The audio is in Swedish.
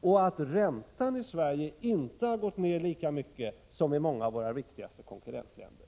och att räntan i Sverige inte har gått ned lika mycket som i många av våra viktigaste konkurrentländer.